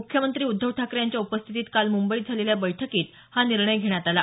मुख्यमंत्री उद्धव ठाकरे यांच्या उपस्थितीत काल मुंबईत झालेल्या बैठकीत हा निर्णय घेण्यात आला